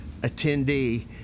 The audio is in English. attendee